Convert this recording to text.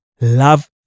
love